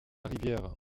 rivière